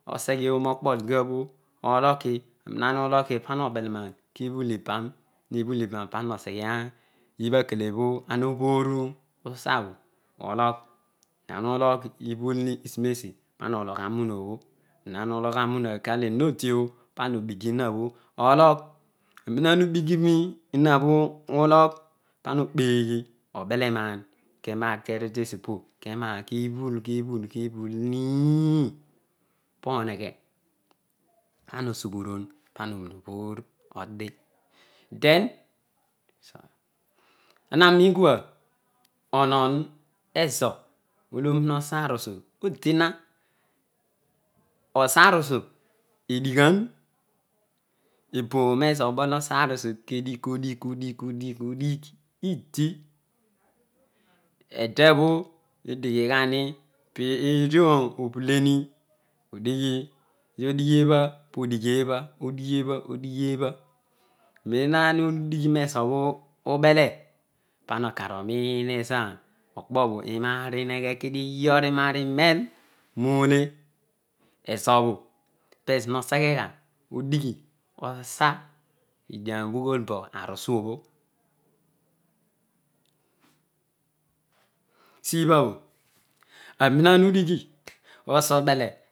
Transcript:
Oseghe oonuo gbo dikuabho ologa mem lo ana iihoki pana obeghe ke bhul iban nana obeghe usa bho ology ibha mulogh iboru isinesi pana mena na ulogh anuma obho kah ena odioh pana ogbigi ena bho ologh mena ena ubigi mewa bho ulogh pama okpeghi obele na ah ke naar kero tesiopo kena kebhul hinihin poheghe pana osughuron then ara nin kuabho bhou ezo osa arusu odina osa rusu edigha eboon ezo obol obanisu idi edebho obhuleni pana okano nin ezo okpo bho inaar ine ikaor noneyol nole noseghe gha oba nanisu sibhabh aneholo ana udighi ola obele